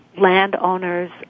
landowners